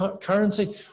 currency